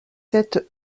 sept